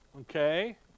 Okay